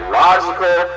logical